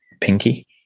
pinky